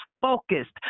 focused